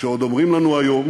שעוד אומרים לנו היום